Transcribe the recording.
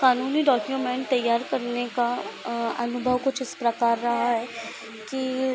कानूनी डॉक्यूमेंट तैयार करने का अनुभव कुछ इस प्रकार रहा है कि